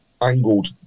angled